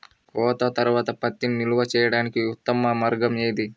కోత తర్వాత పత్తిని నిల్వ చేయడానికి ఉత్తమ మార్గం ఏది?